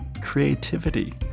creativity